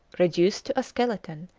reduced to a skeleton,